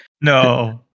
No